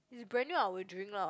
if it's brand new I will drink lah